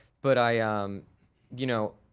but, i you know.